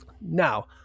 Now